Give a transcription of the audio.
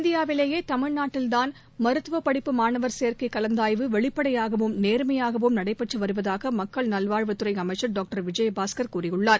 இந்தியாவிலேயேதமிழ்நாட்டில் தான் மருத்துவபடிப்பு மாணவர் சேர்க்கைகலந்தாய்வு வெளிப்படையாகவும் நேர்மையாகவும் நடைபெற்றுவருவதாகமக்கள் நல்வாழ்வுத் துறைஅமைச்சர் டாக்டர் விஜயபாஸ்கர் கூறியுள்ளார்